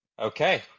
Okay